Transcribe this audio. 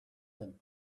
him